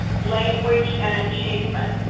language, and achievement.